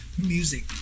music